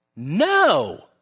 No